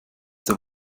der